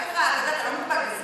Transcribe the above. אתה לא מוגבל בזמן.